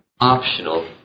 optional